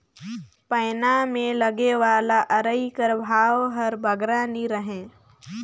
पैना मे लगे वाला अरई कर भाव हर बगरा नी रहें